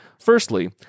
Firstly